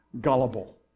gullible